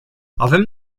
avem